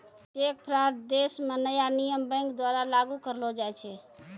cheque fraud देश म नया नियम बैंक द्वारा लागू करलो जाय छै